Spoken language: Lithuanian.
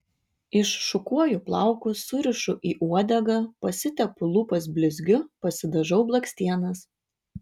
iššukuoju plaukus surišu į uodegą pasitepu lūpas blizgiu pasidažau blakstienas